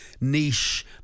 niche